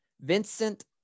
vincent